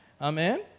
Amen